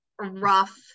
rough